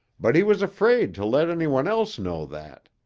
but he was afraid to let anyone else know that.